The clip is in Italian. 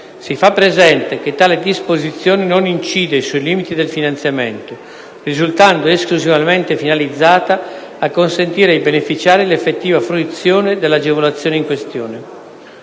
si fa presente che tale disposizione non incide sui limiti del finanziamento, risultando esclusivamente finalizzata a consentire ai beneficiari l’effettiva fruizione dell’agevolazione in questione;